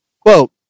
Quote